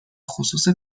خصوص